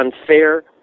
unfair